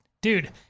dude